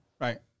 Right